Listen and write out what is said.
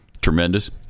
Tremendous